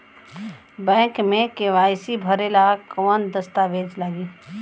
Bank मे KYC भरेला कवन दस्ता वेज लागी?